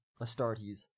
Astartes